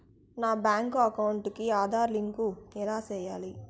నా bank account కి Aadhaar link ఎలా సేయాలి